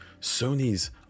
Sony's